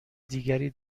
دیگری